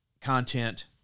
content